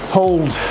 hold